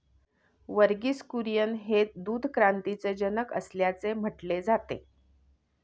वर्गीस कुरियन हे दूध क्रांतीचे जनक असल्याचे म्हटले जाते